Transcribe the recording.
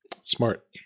Smart